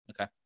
Okay